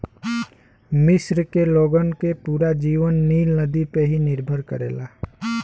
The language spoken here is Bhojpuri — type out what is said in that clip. मिस्र के लोगन के पूरा जीवन नील नदी पे ही निर्भर करेला